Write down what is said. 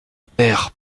père